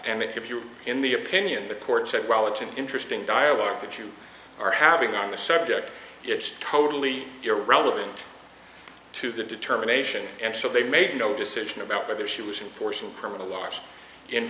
and if you're in the opinion the court said well it's an interesting dialogue that you are having on the subject it's totally irrelevant to the determination and so they made no decision about whether she was in force and criminal laws in